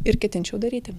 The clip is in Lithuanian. ir ketinčiau daryti